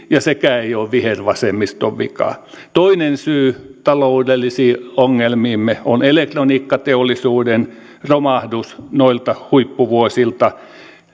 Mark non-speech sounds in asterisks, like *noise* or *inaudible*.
*unintelligible* ja sekään ei ole vihervasemmiston vika toinen syy taloudellisiin ongelmiimme on elektroniikkateollisuuden romahdus noilta huippuvuosilta